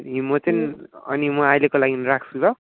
अनि म चाहिँ अनि म अहिलेको लागि राख्छु ल